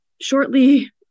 shortly